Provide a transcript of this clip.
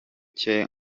cye